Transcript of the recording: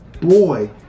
boy